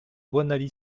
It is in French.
boinali